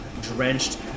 drenched